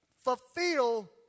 Fulfill